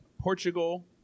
Portugal